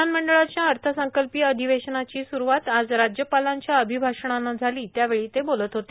विधानमंडळाच्या अर्थसंकल्पीय अधिवेशनाची स्रुवात आज राज्यपालांच्या अभिभाषणानं झाली त्यावेळी ते बोलत होते